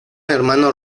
hermano